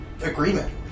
agreement